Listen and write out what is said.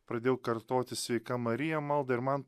pradėjau kartoti sveika marija maldą ir man